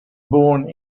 born